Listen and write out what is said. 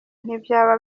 ntibyaba